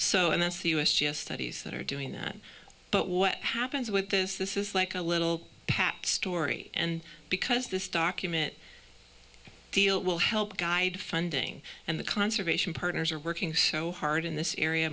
so and that's the u s g s studies that are doing that but what happens with this this is like a little pat story and because this document deal will help guide funding and the conservation partners are working so hard in this area